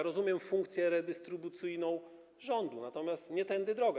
Rozumiem funkcję redystrybucyjną rządu, natomiast nie tędy droga.